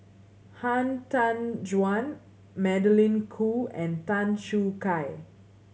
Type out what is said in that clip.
Han Tan Juan Magdalene Khoo and Tan Choo Kai